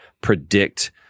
predict